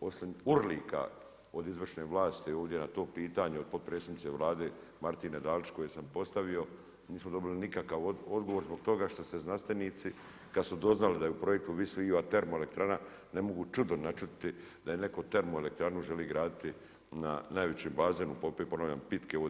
osim urlika od izvršne vlasti ovdje na to pitanje od potpredsjednice Vlade Martine Dalić koje sam postavio, nismo dobili nikakav odgovor zbog toga što se znanstvenici kad su doznali da u projektu Vis Viva termoelektrana, ne mogu se čudom načuditi da netko termoelektranu želi graditi na najvećem bazenu ponavljam, pitke vode.